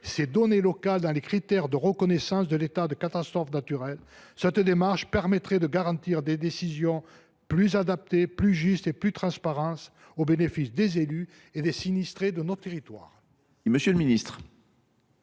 ces données locales dans les critères de reconnaissance de l’état de catastrophe naturelle ? Cette démarche permettrait de garantir des décisions plus adaptées, plus justes et plus transparentes, au bénéfice des élus et des sinistrés de nos territoires.